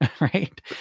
Right